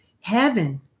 Heaven